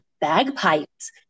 bagpipes